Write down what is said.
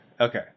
okay